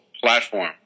platform